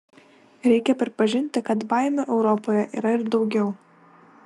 reikia pripažinti kad baimių europoje yra ir daugiau